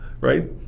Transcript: right